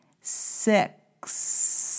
six